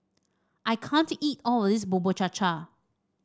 I can't eat all of this Bubur Cha Cha